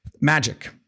magic